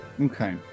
Okay